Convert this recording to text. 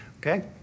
Okay